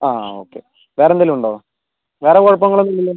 ആ ഓക്കെ വേറെ എന്തെങ്കിലും ഉണ്ടോ വേറെ കുഴപ്പങ്ങളൊന്നും ഇല്ലല്ലോ